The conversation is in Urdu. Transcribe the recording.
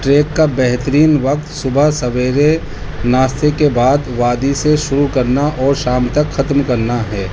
ٹریک کا بہترین وقت صبح سویرے ناشتے کے بعد وادی سے شروع کرنا اور شام تک ختم کرنا ہے